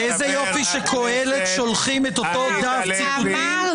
איזה יופי שקהלת שולחים את אותו דף ציטוטים.